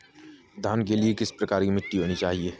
धान के लिए किस प्रकार की मिट्टी होनी चाहिए?